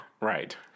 Right